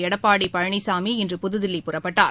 எடப்பாடி பழனிச்சாமி இன்று புதுதில்லி புறப்பட்டார்